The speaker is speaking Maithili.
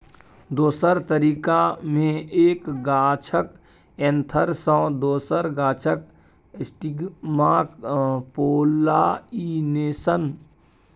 दोसर तरीका मे एक गाछक एन्थर सँ दोसर गाछक स्टिगमाक पोलाइनेशन